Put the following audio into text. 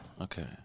Okay